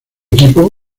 equipo